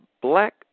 black